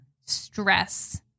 stress